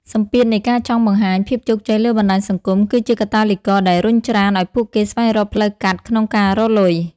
សម្ពាធនៃការចង់បង្ហាញភាពជោគជ័យលើបណ្តាញសង្គម គឺជាកាតាលីករដែលរុញច្រានឱ្យពួកគេស្វែងរកផ្លូវកាត់ក្នុងការរកលុយ។